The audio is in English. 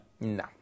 no